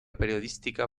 periodística